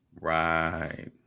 Right